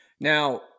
Now